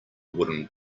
wooden